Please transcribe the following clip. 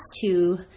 two